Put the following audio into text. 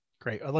Great